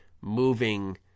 moving